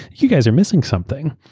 you guys are missing something.